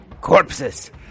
Corpses